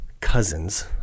cousins